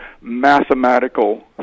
mathematical